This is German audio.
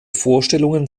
vorstellungen